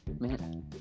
Man